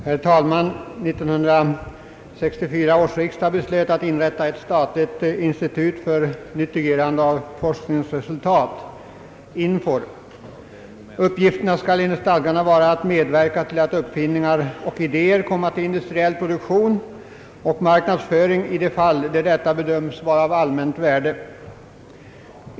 Herr talman! 1964 års riksdag beslöt att inrätta ett statligt institut för nyttiggörande av = forskningsresultat, INFOR. Uppgifterna skall enligt stadgarna vara att medverka till att uppfinningar och idéer kommer till industriell produktion och marknadsföring i de fall där detta bedömes vara av allmänt värde.